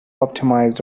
optimised